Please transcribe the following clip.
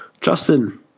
Justin